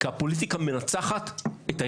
כי הפוליטיקה מנצחת את האכפתיות.